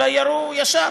אלא הם ירו ישר,